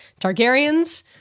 Targaryens